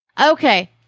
Okay